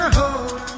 hold